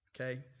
okay